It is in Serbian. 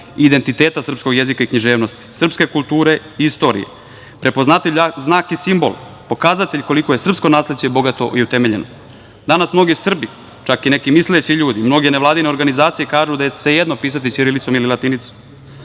identiteta srpskog jezika i književnosti, srpske kulture i istorije, prepoznatljiv znak i simbol, pokazatelj koliko je srpsko nasleđe bogato i utemeljeno. Danas mnogi Srbi, čak i neki misleći ljudi, mnoge nevladine organizacije kažu da je svejedno pisati ćirilicom ili latinicom,